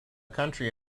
country